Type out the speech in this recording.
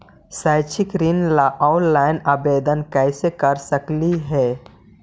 शैक्षिक ऋण ला ऑनलाइन आवेदन कैसे कर सकली हे?